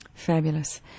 Fabulous